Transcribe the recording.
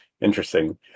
interesting